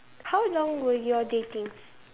how long were you all dating